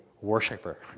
worshiper